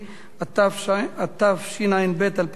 התשע"ב 2012,